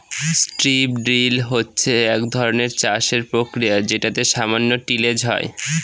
strip drill হচ্ছে এক ধরনের চাষের প্রক্রিয়া যেটাতে সামান্য টিলেজ হয়